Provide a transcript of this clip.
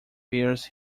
bears